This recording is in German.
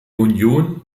union